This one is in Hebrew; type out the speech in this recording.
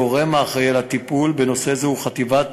הגורם האחראי לטיפול בנושא זה הוא חטיבת